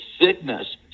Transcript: sickness